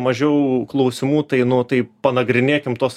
mažiau klausimų tai nu tai panagrinėkim tuos